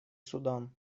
судан